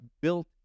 built